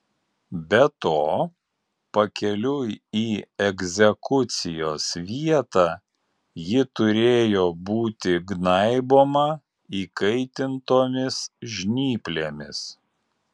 be to pakeliui į egzekucijos vietą ji turėjo būti gnaiboma įkaitintomis žnyplėmis